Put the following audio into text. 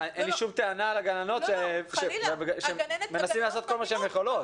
אין לי שום טענה לגננות שמנסות לעשות כל מה שהן יכולות.